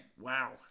Wow